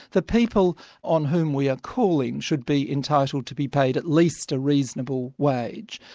the people on whom we are calling should be entitled to be paid at least a reasonable wage.